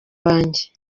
wanjye